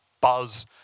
buzz